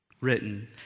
written